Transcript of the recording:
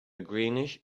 greenish